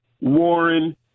Warren